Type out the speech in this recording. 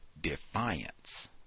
defiance